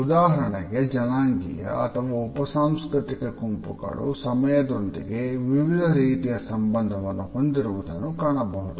ಉದಾಹರಣೆಗೆ ಜನಾಂಗೀಯ ಅಥವಾ ಉಪ ಸಾಂಸ್ಕೃತಿಕ ಗುಂಪುಗಳು ಸಮಯದೊಂದಿಗೆ ವಿವಿಧ ರೀತಿಯ ಸಂಬಂಧವನ್ನು ಹೊಂದಿರುವುದನ್ನು ಕಾಣಬಹುದು